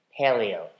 paleo